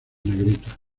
negrita